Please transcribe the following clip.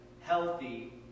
healthy